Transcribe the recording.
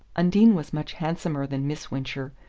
undine was much handsomer than miss wincher,